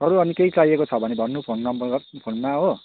अरू अनि केही चाहिएको छ भने भन्नु फोन नम्बर फोनमा हो